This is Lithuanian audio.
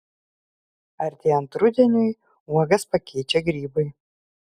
artėjant rudeniui uogas pakeičia grybai